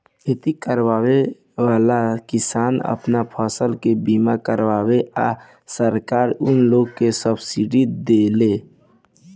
खेती करेवाला किसान आपन फसल के बीमा करावेलन आ सरकार उनका लोग के सब्सिडी देले